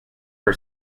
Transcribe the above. for